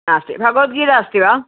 नास्ति भगवद्गीता अस्ति वा